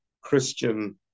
Christian